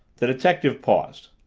the detective paused.